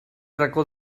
racó